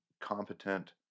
competent